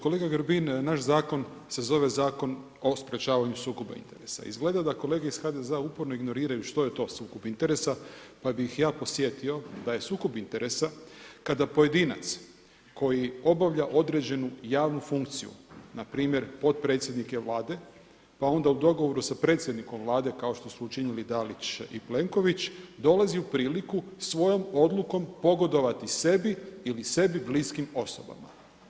Kolega Grbin, naš zakon se zove Zakon o sprečavanju sukoba interesa, izgleda da kolege iz HDZ-a uporno ignoriraju što je to sukob interesa pa bi ih ja podsjetio da je sukob interesa kada pojedinac koji obavlja određenu javnu funkciju npr. potpredsjednike Vlade pa onda u dogovoru sa predsjednikom Vlade kao što su učinili Dalić i Plenković dolazi u priliku svojom odlukom pogodovati sebi ili sebi bliskim osobama.